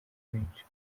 rwinshi